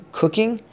cooking